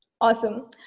Awesome